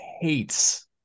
hates